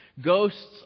Ghosts